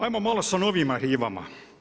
Ajmo malo sa novijim arhivama.